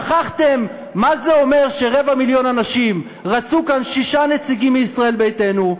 שכחתם מה זה אומר שרבע מיליון אנשים רצו כאן שישה נציגים מישראל ביתנו.